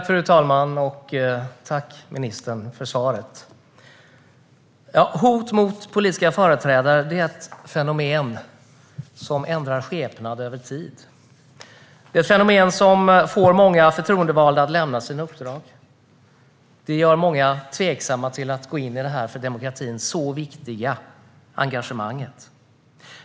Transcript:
Fru talman! Tack för svaret, ministern! Hot mot politiska företrädare är ett fenomen som ändrar skepnad över tid. Det är ett fenomen som får många förtroendevalda att lämna sina uppdrag. Det gör många tveksamma till att gå in i det för demokratin så viktiga engagemanget.